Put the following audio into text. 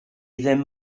ddim